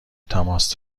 تماس